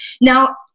Now